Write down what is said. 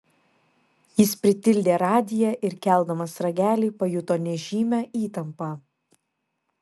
jis pritildė radiją ir keldamas ragelį pajuto nežymią įtampą